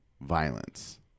violence